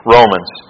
Romans